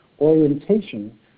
orientation